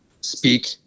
speak